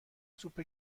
سوپ